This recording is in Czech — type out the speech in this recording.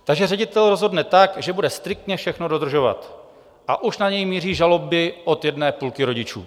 Takže ředitel rozhodne tak, že bude striktně všechno dodržovat, a už na něj míří žaloby od jedné půlky rodičů.